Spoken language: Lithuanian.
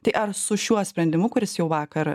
tai ar su šiuo sprendimu kuris jau vakar